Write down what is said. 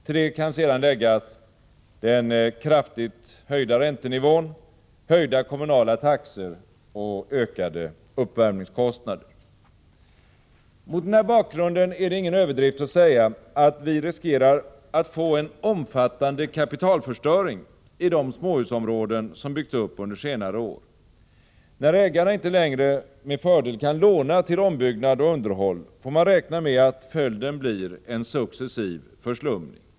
Till detta kan sedan läggas den kraftigt höjda räntenivån, höjda kommunala taxor och ökade uppvärmningskostnader. Mot den här bakgrunden är det ingen överdrift att säga att vi riskerar att få en omfattande kapitalförstöring i de småhusområden som byggts upp under senare år. När ägarna inte längre med fördel kan låna till ombyggnad och underhåll, får man räkna med att följden blir en successiv förslumning.